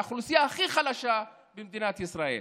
האוכלוסייה הכי חלשה במדינת ישראל.